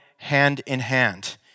hand-in-hand